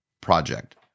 project